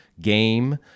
game